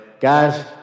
guys